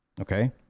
Okay